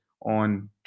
on